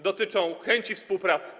Dotyczą one chęci współpracy.